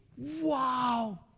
wow